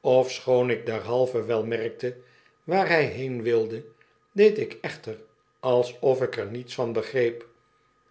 ofschoon ik derhalve wel merkte waar hij heen wilde deed ik echter alsof ik er niets van begreep